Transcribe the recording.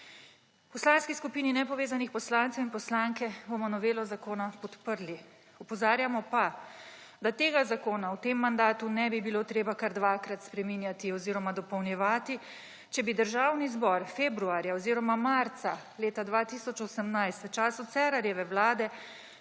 V Poslanski skupini nepovezanih poslancev bomo novelo zakona podprli. Opozarjamo pa, da tega zakona v tem mandatu ne bi bilo treba kar dvakrat spreminjati oziroma dopolnjevati, če bi Državni zbor februarja oziroma marca leta 2018 v času Cerarjeve vlade